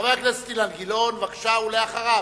חבר הכנסת אילן גילאון, ואחריו,